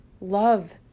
love